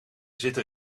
zitten